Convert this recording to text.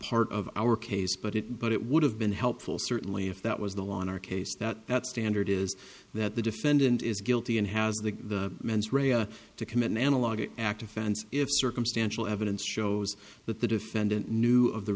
part of our case but it but it would have been helpful certainly if that was the law in our case that that standard is that the defendant is guilty and has the mens rea to commit an analog act offense if circumstantial evidence shows that the defendant knew of the